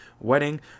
wedding